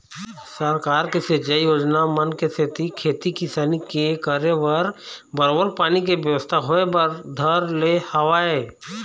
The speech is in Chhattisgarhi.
सरकार के सिंचई योजना मन के सेती खेती किसानी के करे बर बरोबर पानी के बेवस्था होय बर धर ले हवय